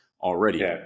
already